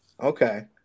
Okay